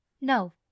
No